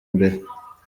mbere